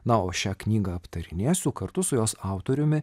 na o šią knygą aptarinėsiu kartu su jos autoriumi